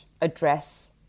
address